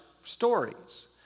Stories